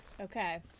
Okay